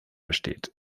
besteht